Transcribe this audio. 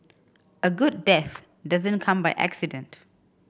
a good death doesn't come by accident